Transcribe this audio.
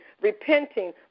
repenting